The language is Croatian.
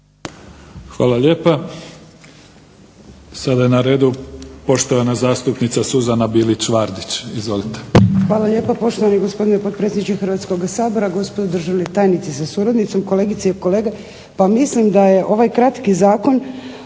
Hvala lijepa. Sada je na redu poštovana zastupnica Suzana Bilić Vardić. Izvolite. **Bilić Vardić, Suzana (HDZ)** Hvala lijepa poštovani gospodine potpredsjedniče Hrvatskoga sabora, gospodo državni tajnici sa suradnicom, kolegice i kolege. Pa mislim da je ovaj kratki zakon